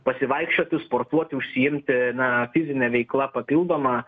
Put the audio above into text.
pasivaikščioti sportuoti užsiimti na fizine veikla papildoma